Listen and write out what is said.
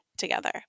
together